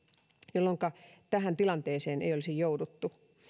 jolloinka tähän tilanteeseen ei olisi jouduttu